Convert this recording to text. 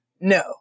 No